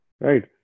Right